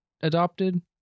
adopted